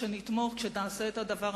מותר לקרוא קריאת ביניים,